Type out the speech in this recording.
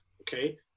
okay